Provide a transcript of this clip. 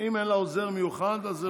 אם אין לה עוזר מיוחד, אז זה לא עולה.